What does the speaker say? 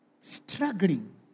struggling